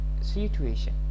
situation